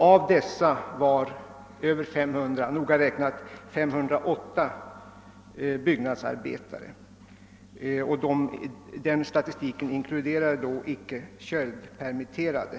Av dessa var 508 byggnadsarbetare, och statistiken inkluderar inte köldpermitterade.